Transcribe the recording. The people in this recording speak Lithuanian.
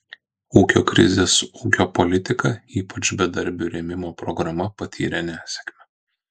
ūkio krizės ūkio politika ypač bedarbių rėmimo programa patyrė nesėkmę